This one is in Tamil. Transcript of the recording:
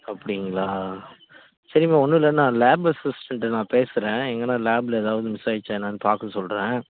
அப்படிங்ளா சரிம்மா ஒன்றும் இல்லை நான் லேப் அசிஸ்டென்கிட்ட நான் பேசுகிறேன் எங்கேனா லேப்பில் எதாவது மிஸ் ஆகிருச்சா என்னென் பார்க்க சொல்கிறேன்